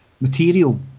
material